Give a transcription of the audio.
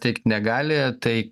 teikt negali tai